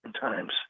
times